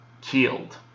killed